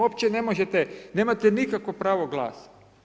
Uopće ne možete, nemate nikakvo pravo glasa.